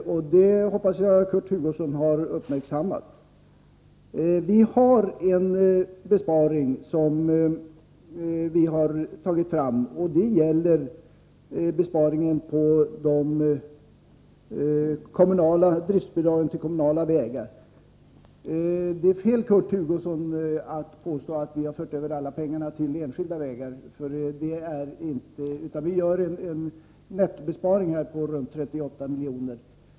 Jag hoppas att Kurt Hugos son har uppmärksammat det. Vi föreslår en besparing när det gäller driftbidraget till kommunala vägar. Det är fel, Kurt Hugosson, att påstå att vi har fört över alla pengar till enskilda vägar. Vi gör en nettobesparing på runt 38 miljoner.